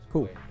Cool